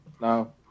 No